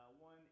one